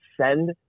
send